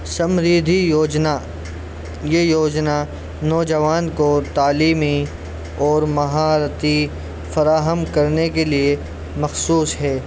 سمردھی یوجنا یہ یوجنا نوجوان کو تعلیمی اور مہارتی فراہم کرنے کے لیے مخصوص ہے